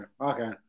Okay